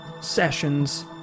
sessions